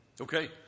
Okay